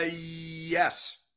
Yes